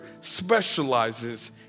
specializes